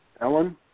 Ellen